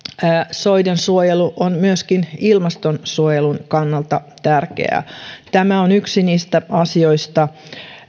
soidensuojelu on myöskin ilmastonsuojelun kannalta tärkeää tämä on yksi niistä asioista